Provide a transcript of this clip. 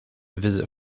visit